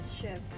Ship